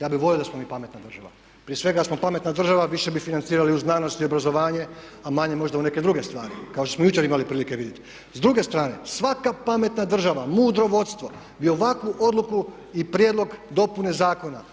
Ja bih volio da smo mi pametna država. Prije svega da smo pametna država više bi financirali u znanost i obrazovanje, a manje možda u neke druge stvari kao što smo jučer imali prilike vidjeti. S druge strane, svaka pametna država mudro vodstvo bi ovakvu odluku i prijedlog dopune zakona